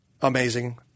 amazing